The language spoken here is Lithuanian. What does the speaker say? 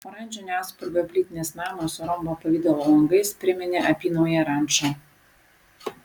oranžinio atspalvio plytinis namas su rombo pavidalo langais priminė apynauję rančą